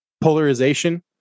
polarization